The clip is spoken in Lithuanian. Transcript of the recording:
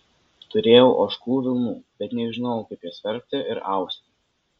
turėjau ožkų vilnų bet nežinojau kaip jas verpti ir austi